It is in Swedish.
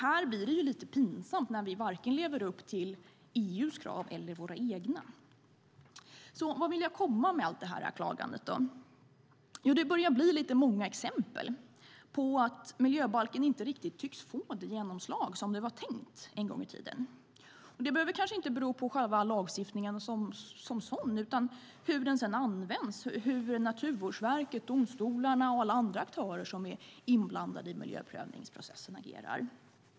Här blir det lite pinsamt när vi varken lever upp till EU:s krav eller våra egna. Vart vill jag då komma med allt det här klagandet? Jo, det börjar bli lite för många exempel på att miljöbalken inte riktigt tycks få det genomslag som det var tänkt en gång i tiden. Det behöver kanske inte bero på själva lagstiftningen som sådan utan på hur den används, på hur Naturvårdsverket, domstolarna och alla andra aktörer som är inblandade i miljöprövningsprocessen agerar.